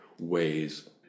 ways